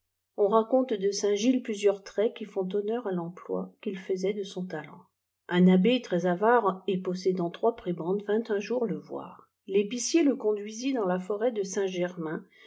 on raconte de saint-gilles plusieurs fraits qui font honneur à l'emploi qu'il faisait de son talent un abbé très avare et possédant trois prébendes vînt un jour le voir l'épicier le conduisit dans la forêt de saint-germain